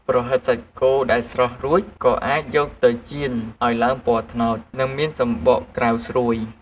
ប្រហិតសាច់គោដែលស្រុះរួច ក៏អាចយកទៅចៀនឱ្យឡើងពណ៌ត្នោត និងមានសំបកក្រៅស្រួយ។